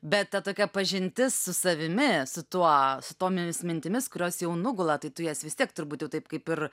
bet ta tokia pažintis su savimi su tuo su tomis mintimis kurios jau nugula tai tu jas vis tiek turbūt jau taip kaip ir